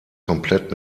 komplett